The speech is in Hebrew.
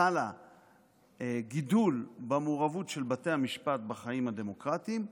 חל גידול במעורבות של בתי המשפט בחיים הדמוקרטיים.